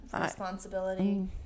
responsibility